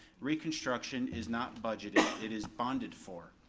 reconstruction is not budgeted, it is bonded for,